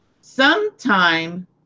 sometime